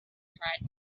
pride